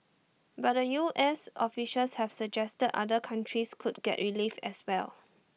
but the U S officials have suggested other countries could get relief as well